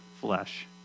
flesh